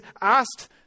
asked